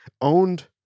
owned